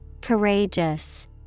Courageous